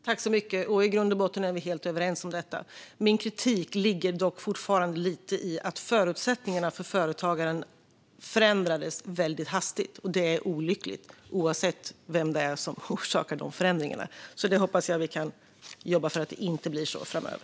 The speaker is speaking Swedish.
Fru talman! I grund och botten är vi helt överens om detta. Min kritik ligger dock fortfarande lite i att förutsättningarna för företagarna förändrades väldigt hastigt. Det är olyckligt, oavsett vem som orsakar förändringarna. Jag hoppas att vi kan jobba för att det inte ska bli så framöver.